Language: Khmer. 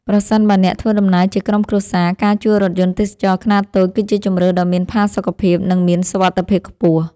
ប្រសិនបើអ្នកធ្វើដំណើរជាក្រុមគ្រួសារ ការជួលរថយន្តទេសចរណ៍ខ្នាតតូចគឺជាជម្រើសដ៏មានផាសុកភាព និងមានសុវត្ថិភាពខ្ពស់។